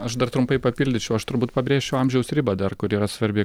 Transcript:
aš dar trumpai papildyčiau aš turbūt pabrėžčiau amžiaus ribą dar kur yra svarbi